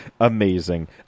Amazing